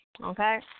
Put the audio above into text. Okay